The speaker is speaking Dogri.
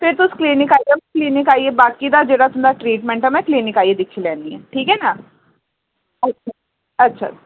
फिर तुस क्लिनिक आइयै बाकी दा जेह्ड़ा ट्रीटमेंट ऐ मैं क्लिनिक आइयै दिक्खी लैनी आं ठीक ऐ ना अच्छा अच्छा